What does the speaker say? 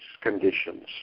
conditions